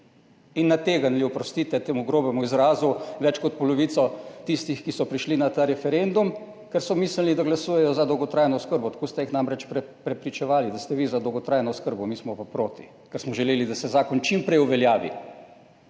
in nategnili, oprostite temu grobemu izrazu, več kot polovico tistih, ki so prišli na ta referendum, ker so mislili, da glasujejo za dolgotrajno oskrbo. Tako ste jih namreč prepričevali, da ste vi za dolgotrajno oskrbo, mi smo pa proti, ker smo želeli, da se zakon čim prej uveljavi.